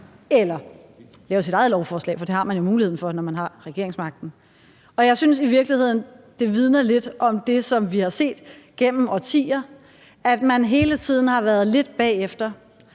eller lave sit eget lovforslag, for det har man jo muligheden for, når man har regeringsmagten. Jeg synes i virkeligheden, at det vidner lidt om det, som vi har set gennem årtier, nemlig at man hele tiden har været lidt bagefter.